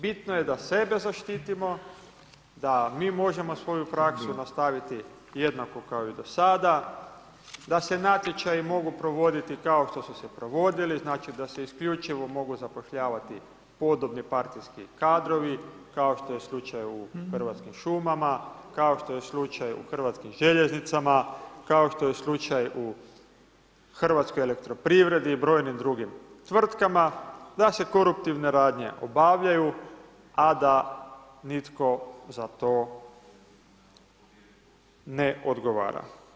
Bitno je da sebe zaštitimo, da mi možemo svoju praksu nastaviti jednako kao i do sad, da se natječaji mogu provoditi kao što su se provodili, znači da se isključivo mogu zapošljavati podobni partijski kadrovi kao što je slučaj u Hrvatskim šumama, kao što je slučaj u HŽ-u, kao što je slučaj u HEP-u i brojnim drugim tvrtkama, da se koruptivne radnje obavljaju a da nitko za to ne odgovara.